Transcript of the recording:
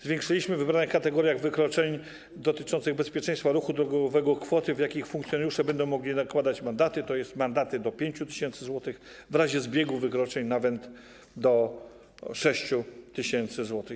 Zwiększyliśmy w wybranych kategoriach wykroczeń dotyczących bezpieczeństwa ruchu drogowego kwoty, w jakich funkcjonariusze będą mogli nakładać mandaty, tj. wysokość mandatów do 5 tys. zł, a w razie zbiegu wykroczeń - nawet do 6 tys. zł.